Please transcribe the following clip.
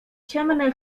ciemne